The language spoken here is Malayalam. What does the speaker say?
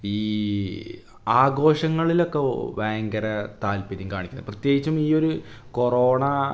ഈ ആഘോഷങ്ങളിലൊക്കെ ഓ ഭയങ്കര താത്പര്യം കാണിക്കുന്നു പ്രത്യേകിച്ചും ഈയൊരു കൊറോണാ